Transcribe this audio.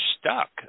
stuck